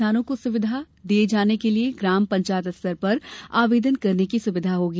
किसानों को सुविधा दिये जाने के लिये ग्राम पंचायत स्तर पर आवेदन करने की सुविधा होगी